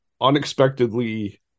unexpectedly